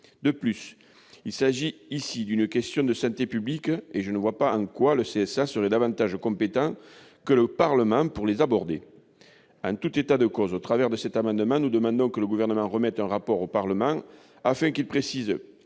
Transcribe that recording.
De plus, il s'agit ici d'une question de santé publique. Je ne vois pas en quoi le CSA serait plus compétent que le Parlement pour l'aborder. En tout état de cause, par cet amendement, nous demandons que le Gouvernement remette un rapport au Parlement, afin de préciser